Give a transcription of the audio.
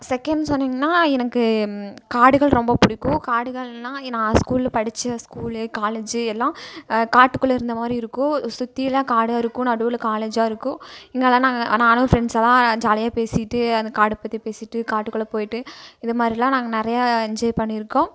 second சொன்னிங்கன்னால் எனக்கு காடுகள் ரொம்ப பிடிக்கும் காடுகள்னால் நான் ஸ்கூலில் படித்த ஸ்கூல் காலேஜு எல்லாம் காட்டுக்குள்ளே இருந்த மாதிரி இருக்கும் சுற்றியெல்லாம் காடாக இருக்கும் நடுவில் காலேஜாக இருக்கும் இங்கெல்லாம் நாங்கள் நான் ஃப்ரெண்ட்ஸ் எல்லாம் ஜாலியாக பேசிகிட்டு அந்த காடு பற்றி பேசிகிட்டு காட்டுக்குள்ளே போய்விட்டு இதை மாதிரியெல்லாம் நாங்கள் நிறையா என்ஜாய் பண்ணியிருக்கோம்